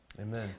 Amen